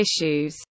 issues